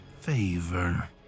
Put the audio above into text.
favor